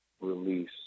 release